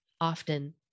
often